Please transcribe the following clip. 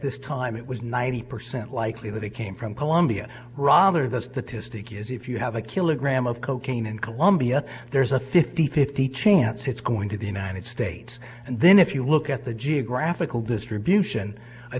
this time it was ninety percent likely that it came from colombia romber the statistic is if you have a kilogram of cocaine in colombia there's a fifty fifty chance it's going to the united states and then if you look at the geographical distribution i